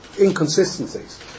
inconsistencies